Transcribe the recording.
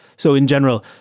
so in general,